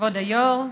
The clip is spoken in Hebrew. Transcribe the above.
כבוד היו"ר,